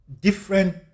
different